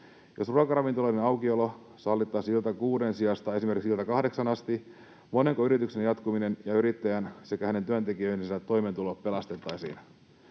Jos ruokaravintoloiden aukiolo sallittaisiin iltakuuden sijasta esimerkiksi iltakahdeksaan asti, monenko yrityksen jatkuminen ja yrittäjän sekä hänen työntekijöidensä toimeentulo pelastettaisiin?